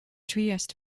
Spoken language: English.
trieste